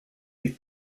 des